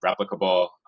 replicable